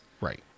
Right